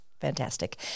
fantastic